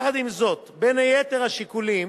יחד עם זאת, בין יתר השיקולים